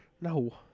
No